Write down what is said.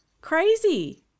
Crazy